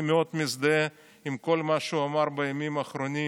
אני מאוד מזדהה עם כל מה שהוא אמר בימים האחרונים